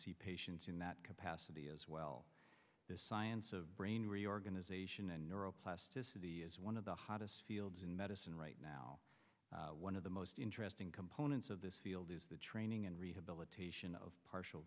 see patients in that capacity as well the science of brain reorganization and neural plasticity is one of the hottest fields in medicine right now one of the most interesting components of this field is the training and rehabilitation of partial